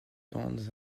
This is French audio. dans